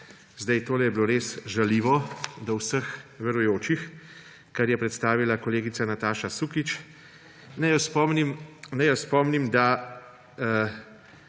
Zdaj, tole je bilo res žaljivo do vseh verujočih, kar je predstavila kolegica Nataša Sukič. Naj jo spomnim, da